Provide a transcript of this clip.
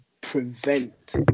prevent